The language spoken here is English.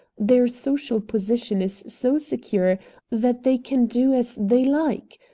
their social position is so secure that they can do as they like.